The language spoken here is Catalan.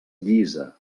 llisa